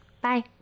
Bye